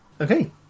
Okay